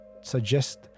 suggest